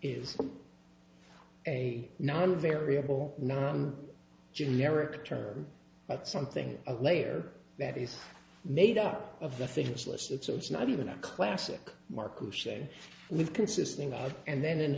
is a non variable not generic term but something a layer that is made up of the things listed so it's not even a classic markku say leave consisting of and then an